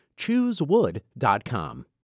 Choosewood.com